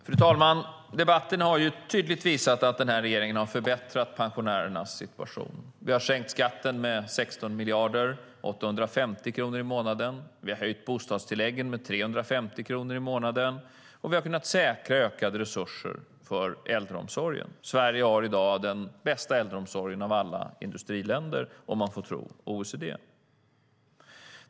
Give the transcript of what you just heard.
Fru talman! Debatten har tydligt visat att regeringen har förbättrat pensionärernas situation. Vi har sänkt skatten med 16 miljarder, 850 kronor i månaden, och höjt bostadstilläggen med 350 kronor i månaden. Vi har även kunnat säkra ökade resurser för äldreomsorgen. Sverige har i dag den bästa äldreomsorgen av alla industriländer, om vi får tro OECD.